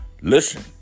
listen